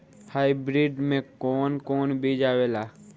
Hybrid में कोवन कोवन बीज आवेला?